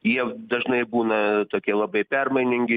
jie dažnai būna tokie labai permainingi